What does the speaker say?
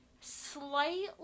Slightly